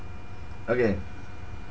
okay